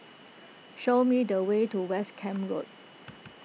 show me the way to West Camp Road